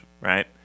right